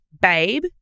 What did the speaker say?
babe